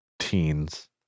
teens